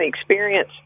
experience